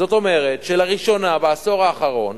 זאת אומרת שלראשונה בעשור האחרון